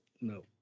no